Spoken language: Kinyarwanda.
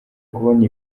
kubona